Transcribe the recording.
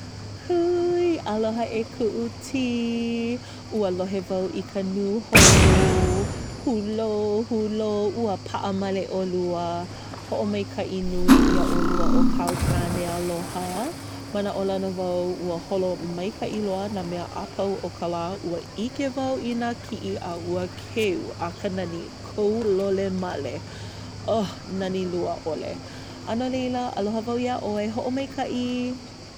Hūi! Aloha e kuʻu tī! Ua lohe wau i ka nūhou. Hulō! Hulō! Ua paʻa male ʻolua! Hoʻomaikaʻi nui iā ʻolua ʻo kāu kāne aloha. Manaʻolana wau ua holo maikaʻi loa nā mea a pau o ka lā, ua ʻike wau i nā kiʻi, a ua keu a ka nani kou lole male! Uh! Nani lua ʻole! A no laila, aloha wau iā ʻoe! Hoʻomaikaʻi!